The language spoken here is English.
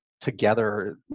together